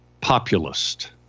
populist